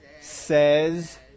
says